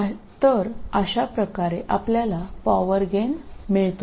तर अशाप्रकारे आपल्याला पॉवर गेन मिळतो